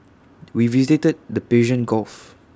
we visited the Persian gulf